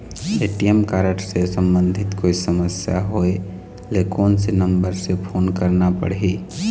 ATM card से संबंधित कोई समस्या होय ले, कोन से नंबर से फोन करना पढ़ही?